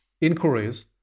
inquiries